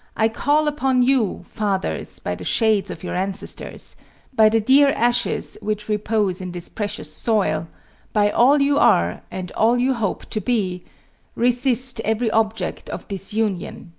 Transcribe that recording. i call upon you, fathers, by the shades of your ancestors by the dear ashes which repose in this precious soil by all you are, and all you hope to be resist every object of disunion,